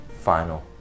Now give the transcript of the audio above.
final